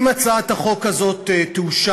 אם הצעת החוק הזאת תאושר,